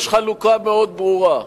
יש חלוקה מאוד ברורה: